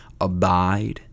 abide